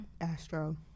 Astro